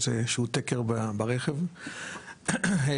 היה